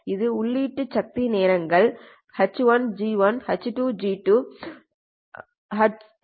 இது உள்ளீட்டு சக்தி நேரங்கள் H1G1 H2 G2